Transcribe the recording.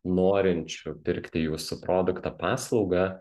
norinčių pirkti jūsų produktą paslaugą